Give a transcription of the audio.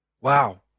Wow